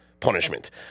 Punishment